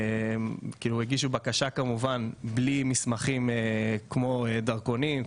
כלומר הגישו בקשה בלי מסמכים כמו דרכונים,